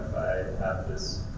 have this